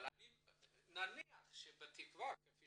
נניח שבתקווה, כפי